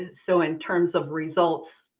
so in terms of results,